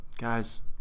Guys